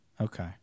Okay